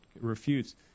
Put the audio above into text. refutes